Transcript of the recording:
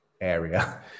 area